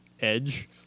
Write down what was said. edge